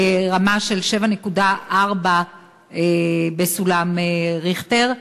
ברמה של 7.4 בסולם ריכטר,